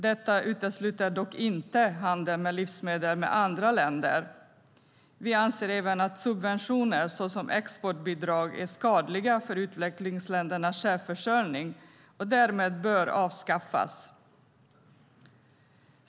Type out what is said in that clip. Detta utesluter dock inte handel med livsmedel med andra länder. Vi anser även att subventioner, såsom exportbidrag, är skadliga för utvecklingsländernas självförsörjning och därmed bör avskaffas.